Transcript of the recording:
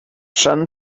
sun